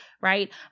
right